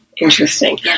Interesting